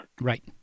Right